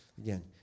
again